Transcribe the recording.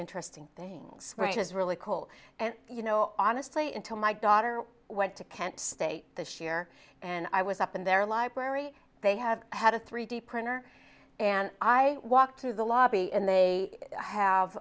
interesting things is really cool and you know honestly into my daughter went to kent state this year and i was up in their library they have had a three d printer and i walked through the lobby and they have